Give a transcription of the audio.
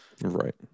Right